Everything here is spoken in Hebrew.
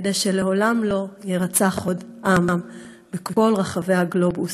כדי שלעולם לא יירצח עוד עם בכל רחבי הגלובוס,